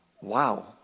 Wow